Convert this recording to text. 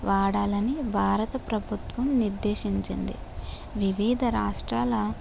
వాడాలని భారత పభుత్వం నిర్దేశించింది వివిధ రాష్ట్రాల